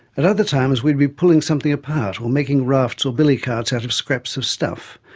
at other times, we'd be pulling something apart, or making rafts or billycarts out of scraps of stuff.